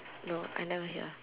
no I never hear